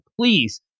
please